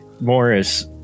morris